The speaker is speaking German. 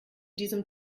diesem